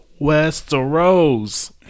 Westeros